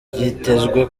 byitezwe